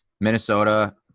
Minnesota